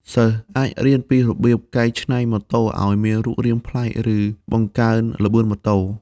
សិស្សអាចរៀនពីរបៀបកែច្នៃម៉ូតូឱ្យមានរូបរាងប្លែកឬបង្កើនល្បឿនម៉ូតូ។